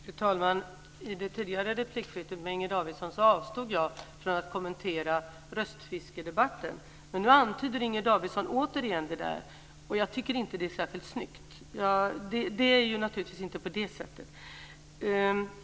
Fru talman! I det tidigare replikskiftet med Inger Davidson avstod jag från att kommentera röstfiskedebatten. Nu antyder Inger Davidson återigen det där, och jag tycker inte att det är särskilt snyggt. Det är ju naturligtvis inte på det sättet.